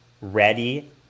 ready